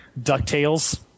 DuckTales